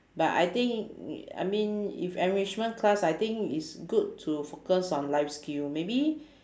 but I think I mean if enrichment class I think it's good to focus on life skill maybe